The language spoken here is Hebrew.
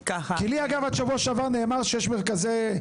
כי לי, אגב, עד שבוע שעבר נאמר שיש מרכזי למידה.